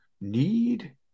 need